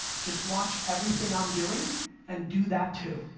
just watch everything i'm doing and do that too.